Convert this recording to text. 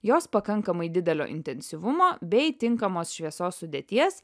jos pakankamai didelio intensyvumo bei tinkamos šviesos sudėties